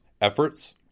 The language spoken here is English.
efforts